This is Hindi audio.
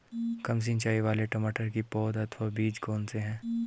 कम सिंचाई वाले टमाटर की पौध अथवा बीज कौन से हैं?